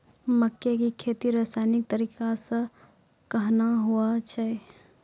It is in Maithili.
मक्के की खेती रसायनिक तरीका से कहना हुआ छ?